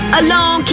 alone